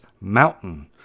mountain